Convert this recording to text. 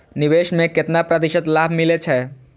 निवेश में केतना प्रतिशत लाभ मिले छै?